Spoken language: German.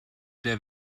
der